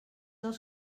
els